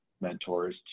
mentors